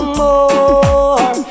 more